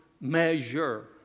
measure